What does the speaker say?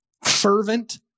fervent